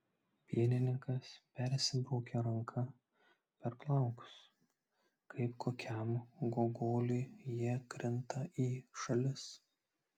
pienininkas persibraukia ranka per plaukus kaip kokiam gogoliui jie krinta į šalis